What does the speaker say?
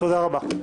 תודה רבה.